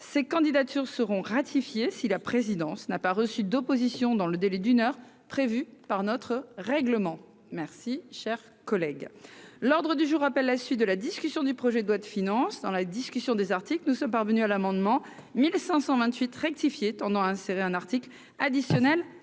ces candidatures seront ratifiées si la présidence n'a pas reçu d'opposition dans le délai d'une heure prévue par notre règlement merci, cher collègue, l'ordre du jour appelle la suite de la discussion du projet de loi de finances dans la discussion des articles, nous sommes parvenus à l'amendement 1528 rectifié tendant à insérer un article additionnel